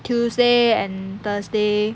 tuesday and thursday